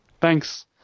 thanks